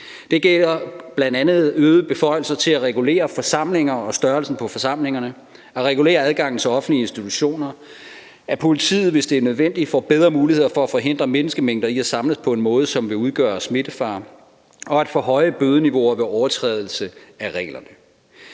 Det gælder bl.a. øgede beføjelser til at regulere forsamlinger og størrelsen på forsamlingerne, at regulere adgangen til offentlige institutioner, at politiet, hvis det er nødvendigt, får bedre muligheder for at forhindre menneskemængder i at samles på en måde, som vil udgøre smittefare, og at forhøje bødeniveauer ved overtrædelse af reglerne.